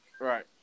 right